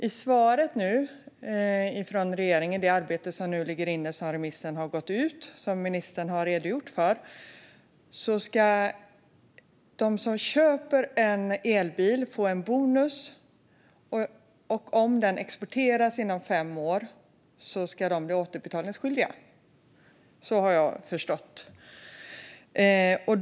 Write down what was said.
I svaret redogör ministern för det arbete som bedrivs i regeringen och den remiss som har gått ut. Enligt den ska de som köper en elbil få en bonus, och om bilen exporteras inom fem år ska de bli återbetalningsskyldiga - så har jag förstått det.